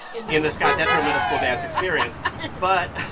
in in the scott detrow middle school dance experience but.